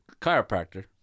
chiropractor